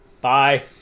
Bye